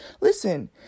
listen